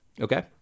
okay